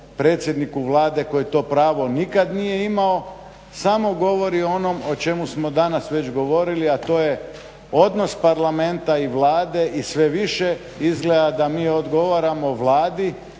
predsjedniku Vlade koji to pravo nikad nije imao samo govori o onom o čemu smo danas već govorili, a to je odnos Parlamenta i Vlade i sve više izgleda da mi odgovaramo vladi